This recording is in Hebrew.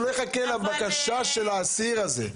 שלא יחכה לבקשה של האסיר הזה.